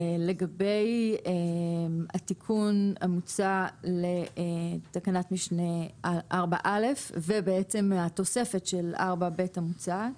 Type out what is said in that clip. לגבי התיקון המוצע לתקנת משנה 4(א) והתוספת של 4(ב) המוצעת.